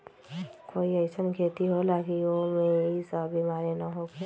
कोई अईसन खेती होला की वो में ई सब बीमारी न होखे?